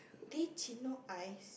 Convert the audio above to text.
teh cino ice